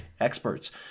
experts